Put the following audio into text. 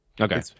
okay